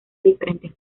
diferentes